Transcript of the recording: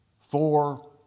four